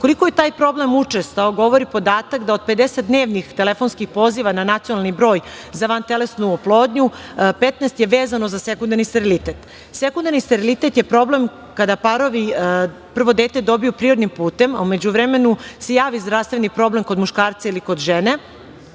Koliko je taj problem učestao govori podatak da od 50 dnevnih telefonskih poziva na nacionalni broj za vantelesnu oplodnju 15 je vezano za sekundarni sterilitet. Sekundarni sterilitet je problem kada parovi prvo dete dobiju prirodnim putem, a u međuvremenu se javi zdravstveni problem kod muškarca ili kod žena